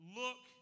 look